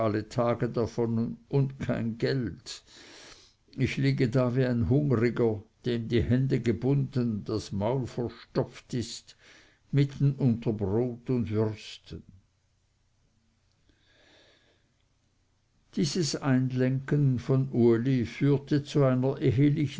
tage davon und kein geld ich liege da wie ein hungriger dem die hände gebunden das maul verstopft ist mitten unter brot und würsten dieses einlenken von uli führte zu einer ehelichen